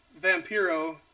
Vampiro